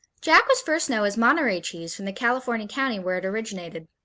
jack was first known as monterey cheese from the california county where it originated.